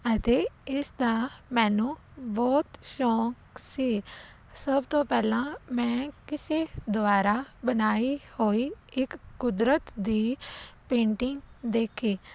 ਅਤੇ ਇਸ ਦਾ ਮੈਨੂੰ ਬਹੁਤ ਸ਼ੌਂਕ ਸੀ ਸਭ ਤੋਂ ਪਹਿਲਾਂ ਮੈਂ ਕਿਸੇ ਦੁਆਰਾ ਬਣਾਈ ਹੋਈ ਇੱਕ ਕੁਦਰਤ ਦੀ ਪੇਂਟਿੰਗ ਦੇਖੀ